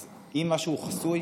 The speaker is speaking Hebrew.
אז אם משהו חסוי,